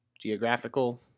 Geographical